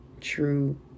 true